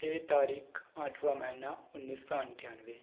छः तारीख आठवा महीना उन्न्नीस सौ अठानवे